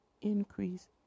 increase